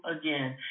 again